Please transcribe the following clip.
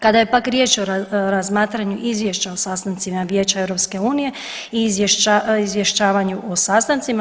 Kada je pak riječ o razmatranju izvješća o sastancima Vijeća EU i izvješćavanje o sastancima.